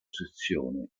sezione